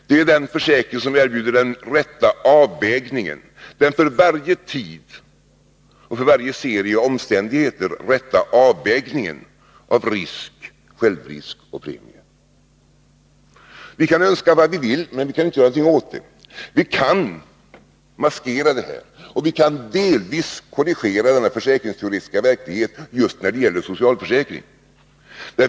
Den bästa försäkringen är den som erbjuder den rätta avvägningen, den för varje tid och för varje serie omständigheter rätta avvägningen av risk, självrisk och premie. Vi kan önska vad vi vill, men vi kan inte alltid göra något åt det. Vi kan maskera och delvis korrigera den försäkringsteoretiska verkligheten just när det gäller socialförsäkringen.